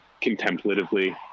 contemplatively